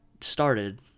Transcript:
started